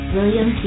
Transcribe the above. William